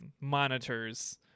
monitors